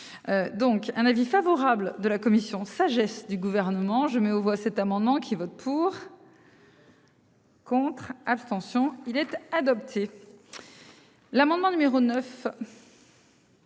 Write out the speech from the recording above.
Donc un avis favorable de la commission sagesse du gouvernement je mets aux voix cet amendement qui vote pour. Contre, abstention il était adopté. L'amendement numéro 9.